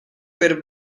per